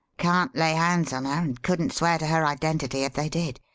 can't lay hands on her, and couldn't swear to her identity if they did.